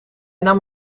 nam